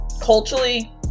Culturally